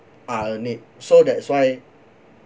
are a need so that's why